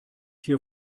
hier